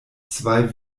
zwei